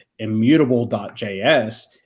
Immutable.js